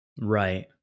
right